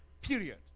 Period